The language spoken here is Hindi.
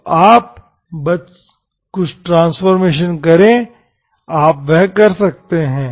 तो आप बस कुछ ट्रांसफॉर्मेशन करें आप वह कर सकते हैं